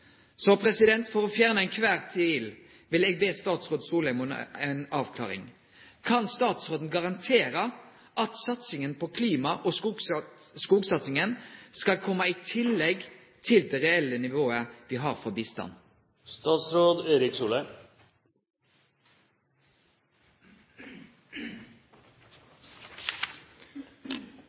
for å fjerne kvar tvil vil eg be statsråd Solheim om ei avklaring: Kan statsråden garantere at satsinga på klima, og skogsatsinga, skal kome i tillegg til det reelle nivået me har for